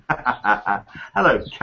Hello